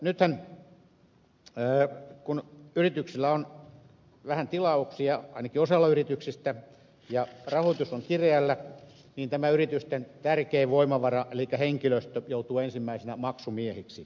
nythän kun yrityksillä on vähän tilauksia ainakin osalla yrityksistä ja rahoitus on kireällä niin tämä yritysten tärkein voimavara elikkä henkilöstö joutuu ensimmäisenä maksumieheksi